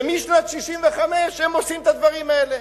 ומשנת 1965 הם עושים את הדברים האלה.